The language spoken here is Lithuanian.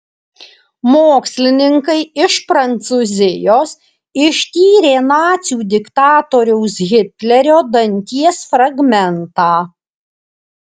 mokslininkai iš prancūzijos ištyrė nacių diktatoriaus hitlerio danties fragmentą